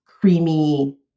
creamy